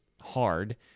hard